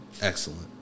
excellent